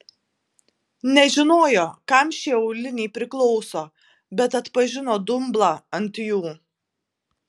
nežinojo kam šie auliniai priklauso bet atpažino dumblą ant jų